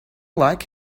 like